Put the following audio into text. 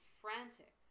frantic